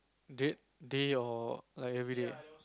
date day or like everyday